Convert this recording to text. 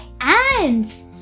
ants